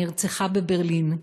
נרצחה בברלין,